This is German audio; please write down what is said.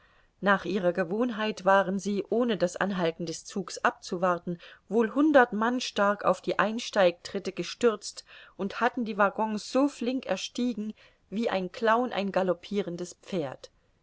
nach ihrer gewohnheit waren sie ohne das anhalten des zugs abzuwarten wohl hundert mann stark auf die einsteigtritte gestürzt und hatten die waggons so flink erstiegen wie ein clown ein galopirendes pferd